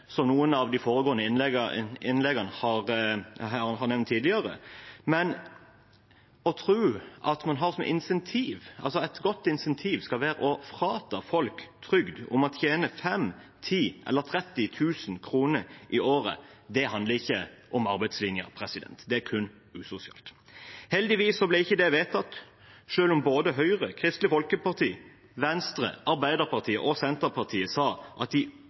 som noen av de foregående talerne har nevnt, men å tro at det skal være et godt insentiv å frata folk trygd om man tjener 5 000 kr, 10 000 kr eller 30 000 kr i året, handler ikke om arbeidslinja, det er kun usosialt. Heldigvis ble ikke det vedtatt, selv om både Høyre, Kristelig Folkeparti, Venstre, Arbeiderpartiet og Senterpartiet sa at de